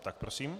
Tak prosím.